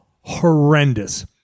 horrendous